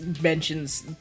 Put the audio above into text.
mentions